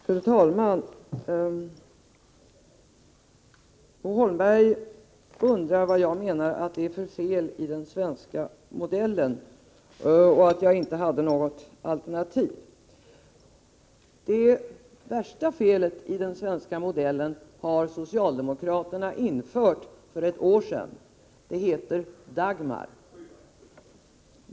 Fru talman! Bo Holmberg undrar vad jag menar är fel med den svenska modellen. Han säger att jag inte hade något alternativ. Det värsta felet i den svenska modellen har socialdemokraterna infört för ett år sedan. Det heter Dagmar.